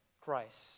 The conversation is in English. Christ